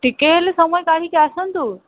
ଟିକେ ହେଲେ ସମୟ କାଢ଼ିକି ଆସନ୍ତୁ